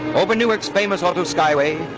over newark's famous auto skyway,